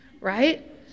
right